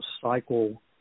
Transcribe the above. cycle